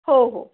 हो हो